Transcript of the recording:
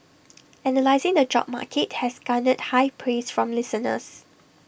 analysing the job market has garnered high praise from listeners